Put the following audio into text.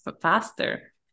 faster